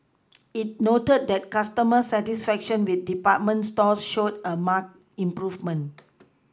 it noted that customer satisfaction with department stores showed a marked improvement